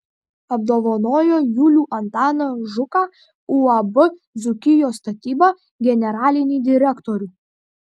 apdovanojo julių antaną žuką uab dzūkijos statyba generalinį direktorių